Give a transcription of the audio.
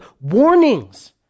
warnings